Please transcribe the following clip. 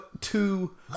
two